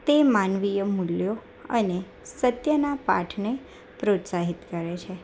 તે માનવીય મૂલ્યો અને સત્યના પાઠને પ્રોત્સાહિત કરે છે